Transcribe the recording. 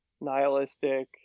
nihilistic